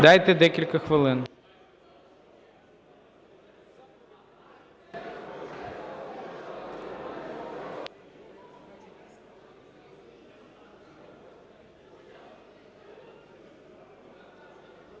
Дайте декілька хвилин.